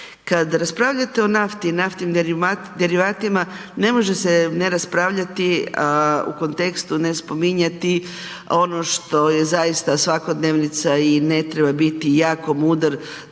Kad raspravljate o nafti i naftnim derivatima, ne može se ne raspravljati u kontekstu ne spominjati ono što je zaista svakodnevica i ne treba biti jako mudar